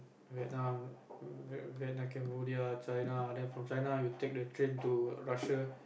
Vietnam Cambodia China then from China you take the train to Russia